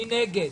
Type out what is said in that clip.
מי נגד,